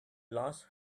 lost